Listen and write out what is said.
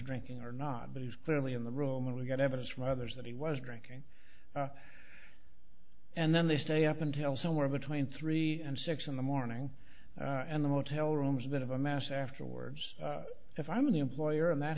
drinking or not but he's clearly in the room and we've got evidence from others that he was drinking and then they stay up until somewhere between three and six in the morning and the motel rooms that have a mass afterwards if i'm an employer and that